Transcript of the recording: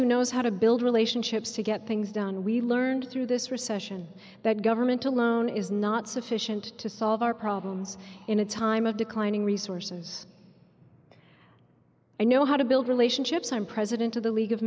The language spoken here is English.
who knows how to build relationships to get things done we learned through this recession that government alone is not sufficient to solve our problems in a time of declining resources i know how to build relationships i'm president of the league of